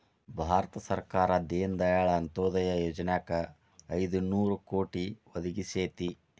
ಭಾರತ ಸರ್ಕಾರ ದೇನ ದಯಾಳ್ ಅಂತ್ಯೊದಯ ಯೊಜನಾಕ್ ಐದು ನೋರು ಕೋಟಿ ಒದಗಿಸೇತಿ